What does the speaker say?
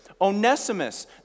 Onesimus